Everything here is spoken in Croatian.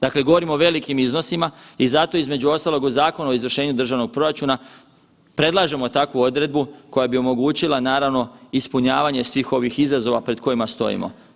Dakle, govorimo o velikim iznosima i zato između ostalog u Zakonu o izvršenju državnog proračuna predlažemo takvu odredbu koja bi omogućila naravno ispunjavanje svih ovih izazova pred kojima stojimo.